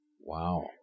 Wow